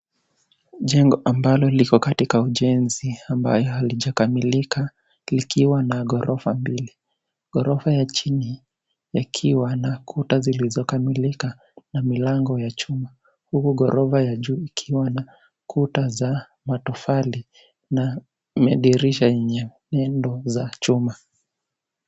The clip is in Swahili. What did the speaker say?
Jengo ambalo liko katika ujenzi ambayo haijakamilika likiwa na gorofa mbili, gorofa ya jini likiwa na ukuta zilizokamilika na milango ya chuma huku gorofa ya chuma ukiwa na ukuta za matofali na madirisha enye mienendo za chuma.